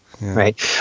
right